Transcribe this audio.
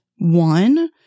one